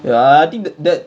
ya I think that that